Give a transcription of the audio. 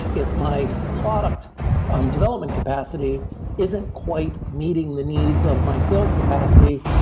if my product um development capacity isn't quite meeting the needs of my sales capacity,